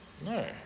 No